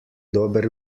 dober